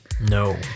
No